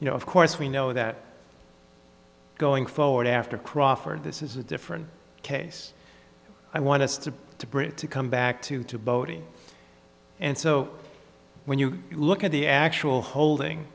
you know of course we know that going forward after crawford this is a different case i want us to to bring it to come back to to boating and so when you look at the actual holding